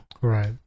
Right